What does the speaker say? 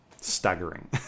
staggering